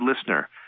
listener